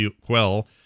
quell